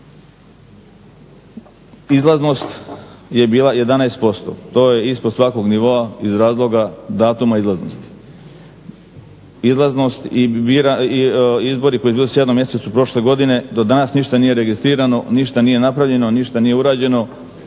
Izlaznost je bila 11%. To je ispod svakog nivoa iz razloga datuma izlaznosti. Izbori koji su bili u sedmom mjesecu prošle godine do danas ništa nije registrirano, ništa nije napravljeno, ništa nije urađeno.